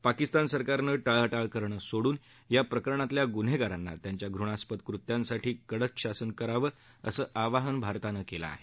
पाकिस्तान सरकारनं टाळाटाळ करणं सोडून या प्रकरणातल्या गुन्हेगारांना त्यांच्या घृणास्पद कृत्यांसाठी कडक शासन करावं असं आवाहन भारतानं केलं आहे